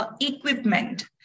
equipment